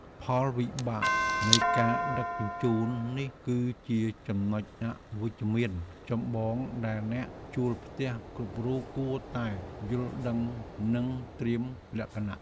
ផលវិបាកនៃការដឹកជញ្ជូននេះគឺជាចំណុចអវិជ្ជមានចម្បងដែលអ្នកជួលផ្ទះគ្រប់រូបគួរតែយល់ដឹងនិងត្រៀមលក្ខណៈ។